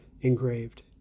engraved